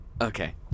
Okay